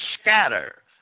scatter